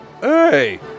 Hey